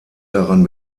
daran